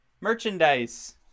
merchandise